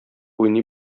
уйный